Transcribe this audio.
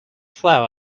flour